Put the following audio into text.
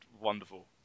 wonderful